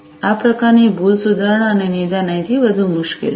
આ પ્રકારની ભૂલ સુધારણા અને નિદાન અહીંથી વધુ મુશ્કેલ છે